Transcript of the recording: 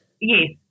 Yes